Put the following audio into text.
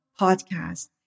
podcast